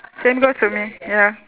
same goes to me ya